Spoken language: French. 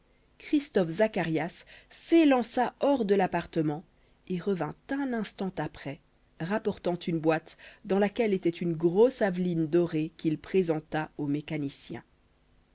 christophe zacharias s'élança hors de l'appartement et revint un instant après rapportant une boîte dans laquelle était une grosse aveline dorée qu'il présenta au mécanicien